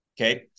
Okay